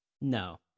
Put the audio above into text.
No